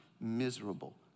Miserable